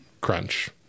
Crunch